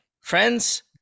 friends